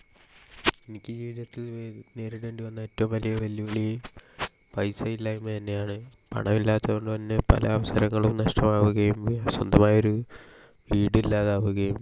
എനിക്ക് ജീവിതത്തിൽ നേ നേരിടേണ്ടി വന്ന ഏറ്റവും വലിയ വെല്ലുവിളി പൈസ ഇല്ലായ്മതന്നെയാണ് പണമില്ലാത്തത് കൊണ്ടുതന്നെ പല അവസരങ്ങളും നഷ്ടമാവുകയും സ്വന്തമായൊരു വീടില്ലാതാവുകയും